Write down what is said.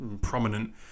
prominent